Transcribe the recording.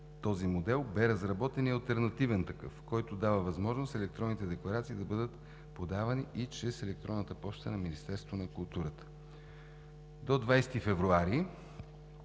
този модел бе разработен и алтернативен такъв, който дава възможност електронните декларации да бъдат подавани и чрез електронната поща на Министерството на културата. До 20 февруари